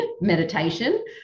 meditation